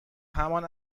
همان